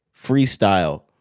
Freestyle